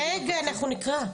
רגע, אנחנו נקרא.